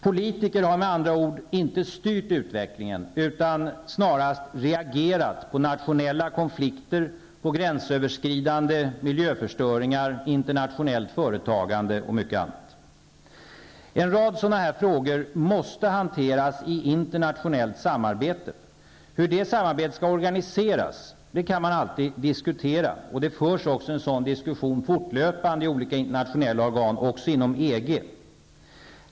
Politiker har med andra ord inte styrt utvecklingen utan snarast reagerat på nationella konflikter, gränsöverskridande miljöförstöringar, internationellt företagande och mycket annat. En rad sådana här frågor måste hanteras i internationellt samarbete. Hur det samarbetet skall organiseras kan man alltid diskutera, och det förs också en sådan diskussion fortlöpande i olika i internationella organ, även inom EG.